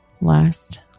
last